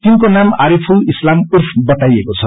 तिनको नाम अरिफूल इस्लाम उफ बताइएको छ